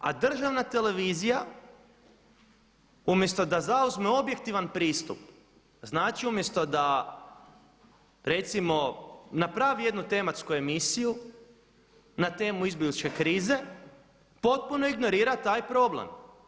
A državna televizija umjesto da zauzme objektivan pristup, znači umjesto da recimo napravi jednu tematsku emisiju na temu izbjegličke krize, potpuno ignorira taj problem.